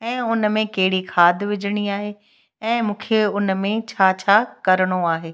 ऐं उनमें कहिड़ी खाद विझिणी आहे ऐं मूंखे उनमें छा छा करिणो आहे